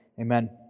Amen